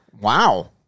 Wow